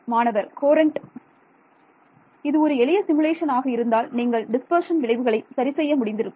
மாணவர் கோரன்ட் இது ஒரு எளிய சிமுலேஷன் ஆக இருந்தால் நீங்கள் டிஸ்பர்ஷன் விளைவுகளை சரி செய்ய முடிந்திருக்கும்